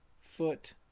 foot